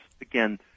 again